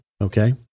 Okay